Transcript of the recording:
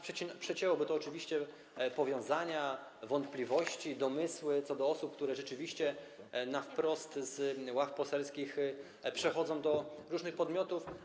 Przecięłoby to oczywiście powiązania, wątpliwości, domysły co do osób, które rzeczywiście na wprost z ław poselskich przechodzą do różnych podmiotów.